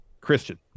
christian